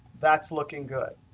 that's looking good.